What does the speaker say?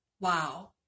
Wow